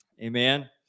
amen